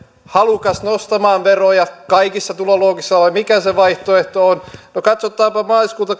halukas nostamaan veroja kaikissa tuloluokissa vai mikä se vaihtoehto on no katsotaanpa maaliskuuta